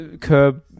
Curb